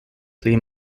pli